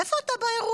איפה אתה באירוע?